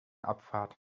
abfahrt